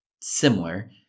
similar